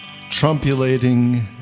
Trumpulating